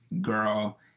girl